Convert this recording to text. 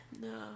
no